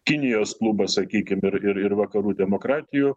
kinijos klubas sakykim ir ir vakarų demokratijų